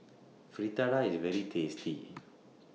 Fritada IS very tasty